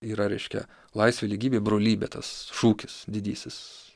yra reiškia laisvė lygybė brolybė tas šūkis didysis